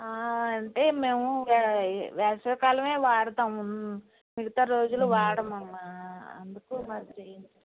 అంటే మేము ఏ వేసవికాలం వాడతాము మిగతా రోజులు వాడం అమ్మ అందుకు మాది